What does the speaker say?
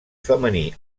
femení